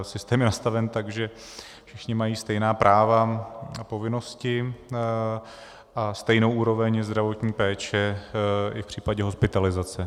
Systém je nastaven tak, že všichni mají stejná práva a povinnosti a stejnou úroveň zdravotní péče i v případě hospitalizace.